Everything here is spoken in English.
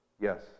Yes